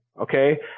Okay